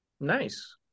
nice